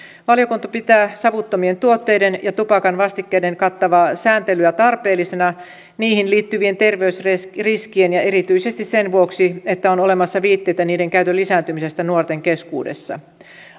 valiokunta pitää savuttomien tuotteiden ja tupakan vastikkeiden kattavaa sääntelyä tarpeellisena niihin liittyvien terveysriskien ja erityisesti sen vuoksi että on olemassa viitteitä niiden käytön lisääntymisestä nuorten keskuudessa